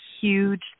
huge